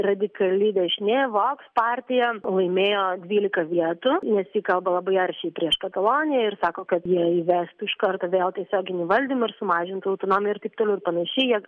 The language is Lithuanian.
radikali dešinė voks partija laimėjo dvylika vietų nes ji kalba labai aršiai prieš kataloniją ir sako kad jie įvestų iš karto vėl tiesioginį valdymą ir sumažintų autinomiją ir taip toliau ir panašiai